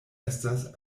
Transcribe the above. estas